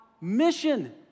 mission